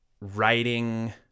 writing